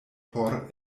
por